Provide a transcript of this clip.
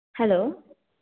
hello